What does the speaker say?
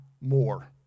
more